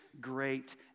great